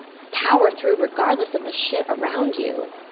power through regardless of the shit around you,